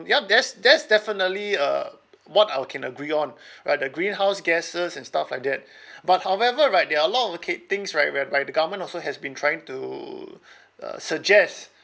yup that's that's definitely uh what I can agree on uh the greenhouse gases and stuff like that but however right there are a lot of k~ things right whereby the government also has been trying to uh suggest